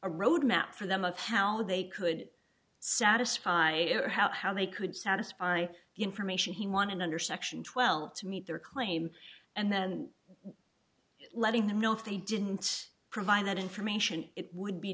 a roadmap for them of how they could satisfy or how they could satisfy the information he wanted under section twelve to meet their claim and then letting them know if they didn't provide that information it would